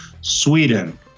Sweden